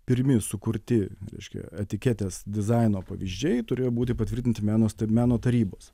pirmi sukurti reiškia etiketės dizaino pavyzdžiai turėjo būti patvirtinti meno meno tarybos